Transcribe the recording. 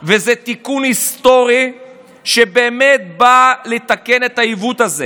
וזה תיקון היסטורי שבאמת בא לתקן את העיוות הזה,